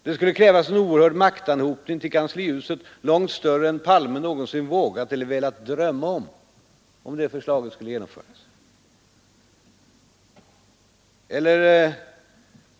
Det skulle krävas ”en oerhörd maktanhopning till kanslihuset — långt större än Palme någonsin vågat eller velat drömma om”, om förslaget skulle genomföras.